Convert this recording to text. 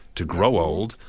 to grow old,